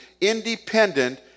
independent